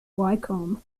wycombe